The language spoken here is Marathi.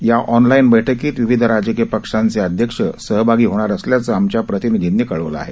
या ऑनलाईन बैठकीत विविध राजकीय पक्षांचे अध्यक्ष या बैठकीत सहभागी होणार असल्याचं आमच्या प्रतिनिधीनं कळवलं आहे